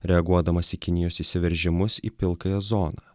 reaguodamas į kinijos įsiveržimus į pilkąją zoną